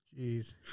Jeez